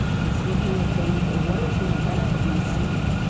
it's looking at things that, what is gonna benefit my student.